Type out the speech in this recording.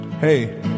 Hey